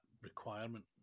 requirement